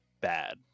bad